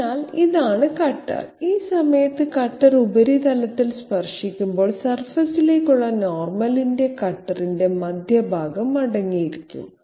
അതിനാൽ ഇതാണ് കട്ടർ ഈ സമയത്ത് കട്ടർ ഉപരിതലത്തിൽ സ്പർശിക്കുമ്പോൾ സർഫസിലേക്കുള്ള നോർമലിൽ കട്ടറിന്റെ മധ്യഭാഗം അടങ്ങിയിരിക്കും